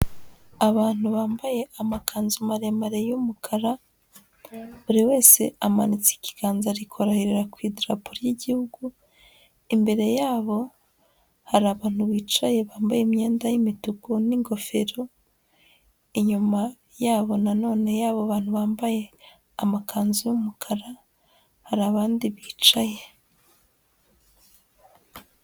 Abantu bambaye amakanzu maremare y'umukara, buri wese amanika ikiganza ari kurahirira ku idarapo ry'igihugu, imbere yabo hari abantu bicaye bambaye imyenda y'imituku n'ingofero, inyuma yabo nanone y'abo bantu bambaye amakanzu y'umukara, hari abandi bicaye.